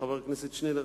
חבר הכנסת שנלר.